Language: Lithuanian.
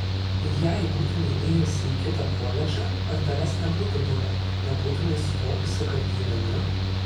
jei būtumei ėjusi į kitą koledžą ar tavęs nebūtų buvę nebūtumei suvokusi kad gyveni